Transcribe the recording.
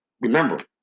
remember